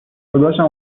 داداشم